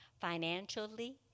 financially